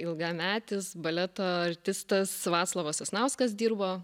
ilgametis baleto artistas vaclovas sasnauskas dirbo